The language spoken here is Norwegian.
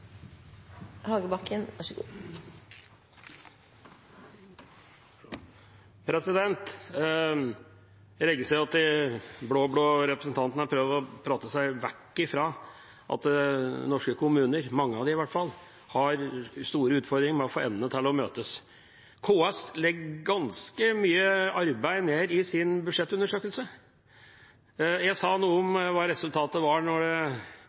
Jeg registrerer at de blå-blå representantene her prøver å prate seg vekk fra at norske kommuner – mange av dem i hvert fall – har store utfordringer med å få endene til å møtes. KS legger ned ganske mye arbeid i sin budsjettundersøkelse. Jeg sa i stad noe om hva resultatet var når det